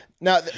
Now